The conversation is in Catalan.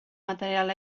material